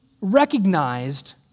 recognized